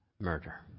murder